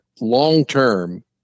long-term